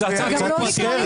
זאת הצעת חוק פרטית.